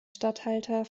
statthalter